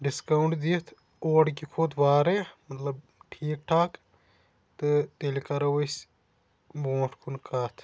discount دِتھ اورٕ کہِ کھۄتہٕ واریاہ مطلب ٹھیٖک ٹھاکھ تہٕ تیٚلہِ کَرو أسۍ بوٚنٹھ کُن کَتھ